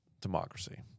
democracy